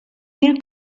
mil